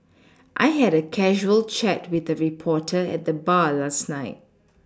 I had a casual chat with a reporter at the bar last night